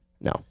No